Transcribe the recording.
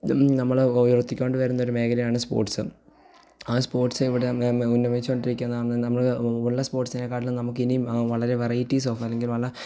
നമ്മൾ ഉയർത്തി കൊണ്ടു വരുന്ന ഒരു മേഖലയാണ് സ്പോർട്സ് ആ സ്പോർട്സ് ഇവിടെ ഉന്നമിച്ചു കൊണ്ടിരിക്കുന്ന ആണ് നമ്മൾ ഉള്ള സ്പോർട്സിനെ കാട്ടിലും നമുക്ക് ഇനിയും വളരെ വറൈറ്റീസ് ഓഫ് അല്ലെങ്കിൽ വള